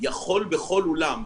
יכול בכל אולם,